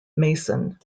mason